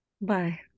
Bye